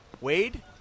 Wade